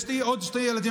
יש לי עוד שני ילדים,